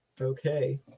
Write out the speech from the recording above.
Okay